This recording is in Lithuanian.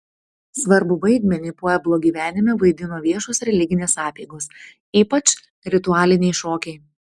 svarbų vaidmenį pueblo gyvenime vaidino viešos religinės apeigos ypač ritualiniai šokiai